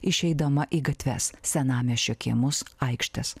išeidama į gatves senamiesčio kiemus aikštes